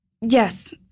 Yes